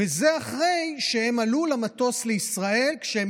וזה אחרי שהם עלו למטוס לישראל כשהם